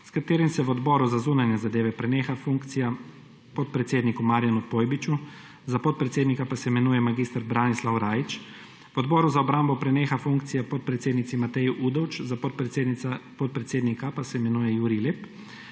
s katerim se v Odboru za zunanje zadeve preneha funkcija podpredsedniku Marijanu Pojbiču za podpredsednika pa se imenuje mag. Branislav Rajić. V Odboru za obrambo preneha funkcija podpredsednici Mateji Udovč za podpredsednika pa se imenuje Jurij Lep.